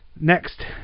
Next